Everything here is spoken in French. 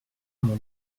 mon